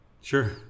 sure